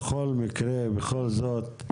בכל זאת,